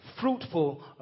Fruitful